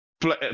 play